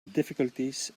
difficulties